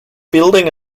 building